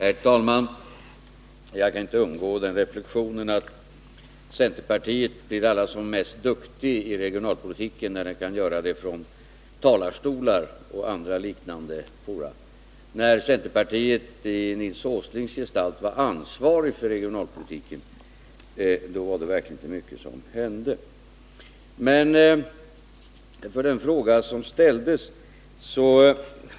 Herr talman! Jag kan inte underlåta att göra den reflexionen att centerpartiet blir allra duktigast i regionalpolitiken när partiet kan driva den från talarstolar och liknande fora. När centerpartiet i Nils Åslings gestalt var ansvarigt för regionalpolitiken var det verkligen inte mycket som hände.